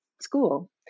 school